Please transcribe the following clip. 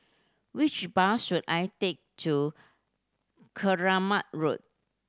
which bus should I take to Keramat Road